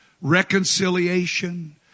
reconciliation